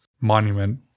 monument